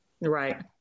Right